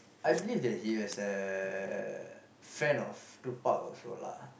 I believed that he has uh fan of Tupac also lah